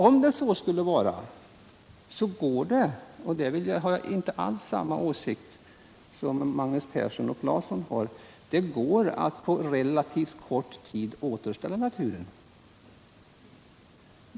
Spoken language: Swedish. Om så skulle vara går det — och här har jag inte alls samma åsikt 79 som Magnus Persson och Tore Claeson — att på relativt kort tid återställa naturen.